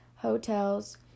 Hotels